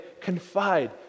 confide